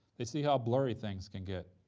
they'd see how blurry things can get,